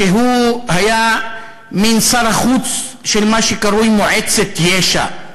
שהוא היה מין שר החוץ של מה שקרוי מועצת יש"ע,